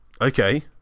Okay